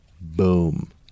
boom